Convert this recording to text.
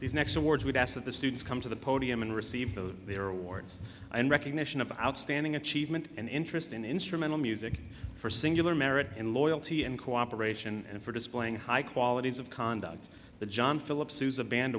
these next awards we've asked that the students come to the podium and receive their awards and recognition of outstanding achievement and interest in instrumental music for singular merit and loyalty and cooperation and for displaying high qualities of conduct the john philip sousa band